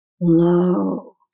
low